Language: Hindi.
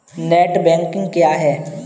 नेट बैंकिंग क्या है?